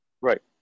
Right